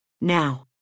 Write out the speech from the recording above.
Now